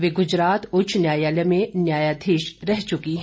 वे गुजरात उच्च न्यायालय में न्यायाधीश रह चुकी हैं